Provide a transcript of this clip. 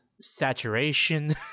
Saturation